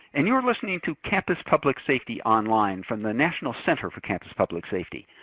and you're listening to campus public safety online from the national center for campus public safety.